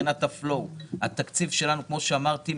התקציב שלנו כמו שאמרתי,